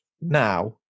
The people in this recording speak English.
now